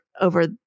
over